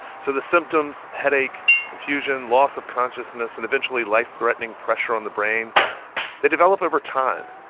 so the symptoms headache, confusion, loss of consciousness and eventually life-threatening pressure on the brain they develop over time.